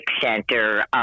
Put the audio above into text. Center